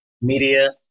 media